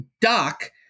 Doc